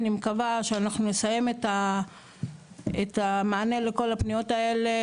אני מקווה שאנחנו נסיים את המענה לכל הפניות האלה,